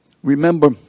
Remember